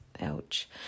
ouch